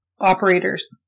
operators